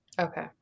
okay